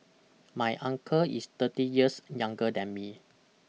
my uncle is thirty years younger than me